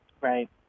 Right